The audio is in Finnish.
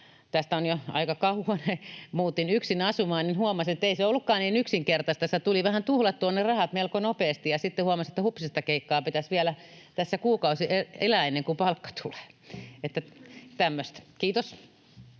tästä on jo aika kauan — kun muutin yksin asumaan, niin huomasin, ettei se ollutkaan niin yksinkertaista. Sitä tuli tuhlattua ne rahat melko nopeasti ja sitten huomasi, että hupsistakeikkaa, pitäisi vielä tässä kuukausi elää ennen kuin palkka tulee. Että